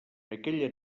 aquella